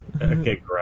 Okay